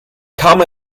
come